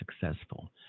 successful